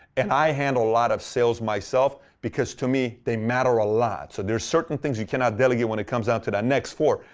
and i handle a lot of sales myself, because to me they matter a lot. so there's certain things you cannot delegate when it comes down to that. next, four,